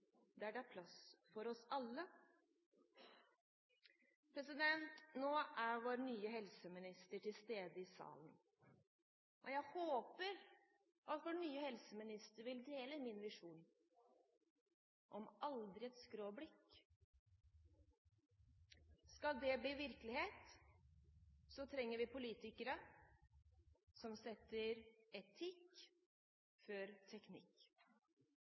der det er plass for oss alle. Nå er vår nye helseminister til stede i salen, og jeg håper at vår nye helseminister vil dele min visjon om aldri et skråblikk. Skal det bli virkelighet, trenger vi politikere som setter etikk før teknikk.